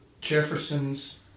Jefferson's